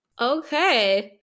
Okay